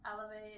elevate